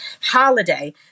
holiday